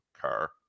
car